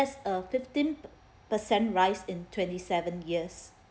that's a fifteen percent rise in twenty seven years